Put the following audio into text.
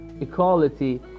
equality